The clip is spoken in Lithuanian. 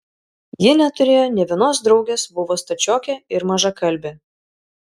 ji neturėjo nė vienos draugės buvo stačiokė ir mažakalbė